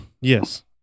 Yes